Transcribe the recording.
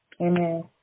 Amen